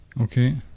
Okay